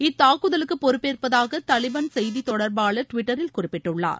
இத்தாக்குதலுக்கு பொறுப்பேற்பதாக தாலிபான் செய்தித்தொடர்பாளர் டிவிட்டரில் குறிப்பிட்டுள்ளார்